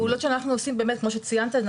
הפעולות שאנחנו עושים באמת יותר ממוקדות